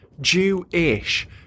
Jew-ish